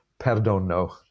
perdono